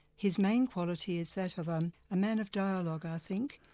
his main quality is that of um a man of dialogue, i think.